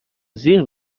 زیر